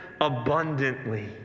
abundantly